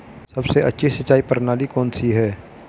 सबसे अच्छी सिंचाई प्रणाली कौन सी है?